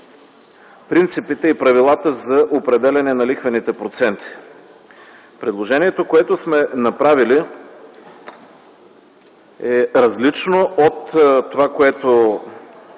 принципите и правилата за определяне на лихвените проценти. Предложението, което сме направили, е различно от това, което